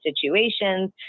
situations